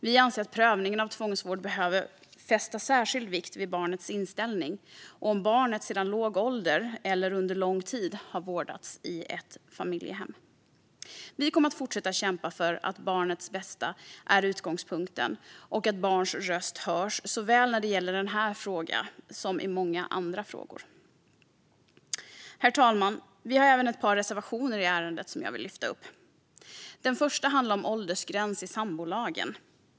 Vi anser att man vid prövningen av tvångsvård behöver fästa särskild vikt vid barnets inställning och om barnet sedan låg ålder eller under lång tid har vårdats i ett familjehem. Vi kommer att fortsätta kämpa för att barnets bästa ska vara utgångspunkten och att barns röst ska höras såväl när det gäller denna fråga som när det gäller många andra frågor. Herr talman! Vi har även ett par reservationer i ärendet som jag vill lyfta upp. Den första handlar om åldersgräns i sambolagen.